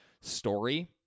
story